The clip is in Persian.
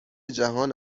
جهان